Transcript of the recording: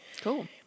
Cool